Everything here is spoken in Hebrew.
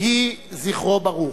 יהי זכרו ברוך.